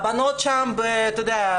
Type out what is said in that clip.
הבנות שם בכמויות.